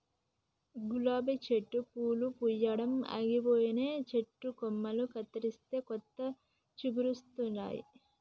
గులాబీ చెట్టు పూలు పూయడం ఆగిపోగానే చెట్టు కొమ్మలు కత్తిరిస్తే కొత్త చిగురులొస్తాయి